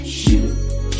shoot